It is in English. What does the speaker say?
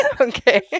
Okay